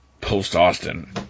post-Austin